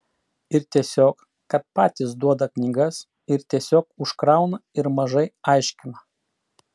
ir tiesiog kad patys duoda knygas ir tiesiog užkrauna ir mažai aiškina